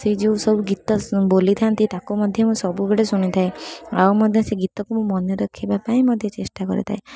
ସେ ଯେଉଁ ସବୁ ଗୀତ ବୋଲିଥାନ୍ତି ତାକୁ ମଧ୍ୟ ମୁଁ ସବୁବେଳେ ଶୁଣିଥାଏ ଆଉ ମଧ୍ୟ ସେ ଗୀତକୁ ମୁଁ ମନେ ରଖିବା ପାଇଁ ମଧ୍ୟ ଚେଷ୍ଟା କରିଥାଏ